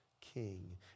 king